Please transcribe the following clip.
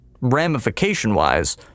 ramification-wise